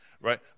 right